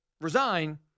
resign